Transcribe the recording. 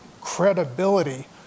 credibility